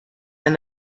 and